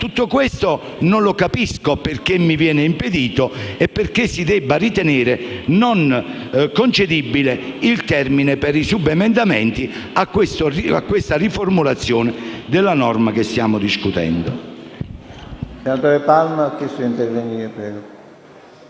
tutto questo mi venga impedito e perché si debba ritenere non concedibile il termine per i subemendamenti a questa riformulazione della norma che stiamo discutendo.